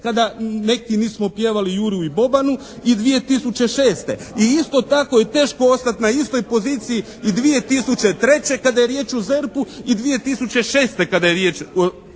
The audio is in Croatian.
kada neki nismo pjevali "Juru i Bobanu" i 2006. I isto tako je teško ostati na istoj poziciji i 2003. kada je riječ o ZERP-u i 2006. kada je riječ o ZERP-u.